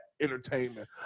entertainment